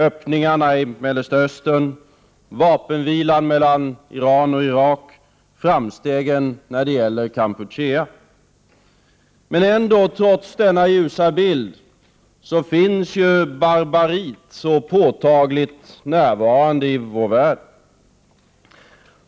Öppningarna i Mellersta Östern. Vapenvilan mellan Iran och Irak. Framstegen när det gäller Kampuchea. Trots denna ljusa bild finns barbariet så påtagligt närvarande i vår värld.